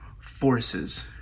forces